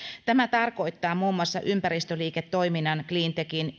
tämä tarkoittaa muun muassa ympäristöliiketoiminnan cleantechin